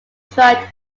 dried